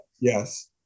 Yes